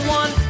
one